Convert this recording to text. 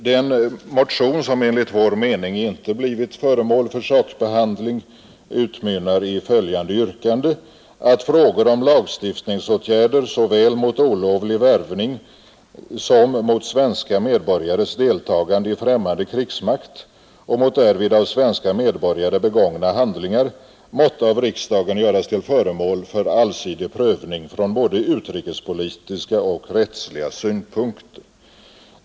Den motion som enligt vår mening inte blivit föremål för sakbehandling utmynnar i yrkandet ”att frågor om lagstiftningsåtgärder såväl mot olovlig värvning som mot svenska medborgares deltagande i främmande krigsmakt och mot därvid av svenska medborgare begångna handlingar måtte av riksdagen göras till föremål för allsidig prövning från både utrikespolitiska och rättsliga synpunkter”.